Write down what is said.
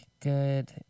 good